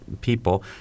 people